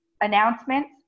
announcements